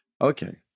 Okay